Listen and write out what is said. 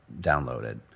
downloaded